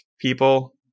people